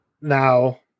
Now